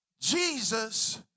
Jesus